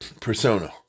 persona